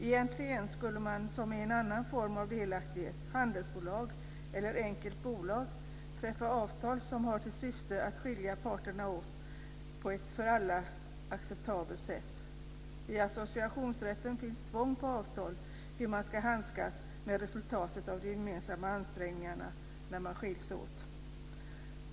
Egentligen skulle man som i en annan form av delaktighet, t.ex. handelsbolag eller enkelt bolag, träffa ett avtal som har till syfte att skilja parterna åt på ett för alla acceptabelt sätt. I associationsrätten finns tvång på avtal om hur man ska handskas med resultatet av de gemensamma ansträngningarna när man skiljs åt.